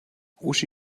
uschi